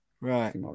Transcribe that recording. right